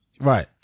Right